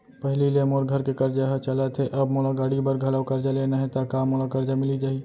पहिली ले मोर घर के करजा ह चलत हे, अब मोला गाड़ी बर घलव करजा लेना हे ता का मोला करजा मिलिस जाही?